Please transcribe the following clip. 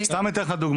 סתם אני אתן לך דוגמא,